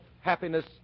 happiness